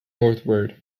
northward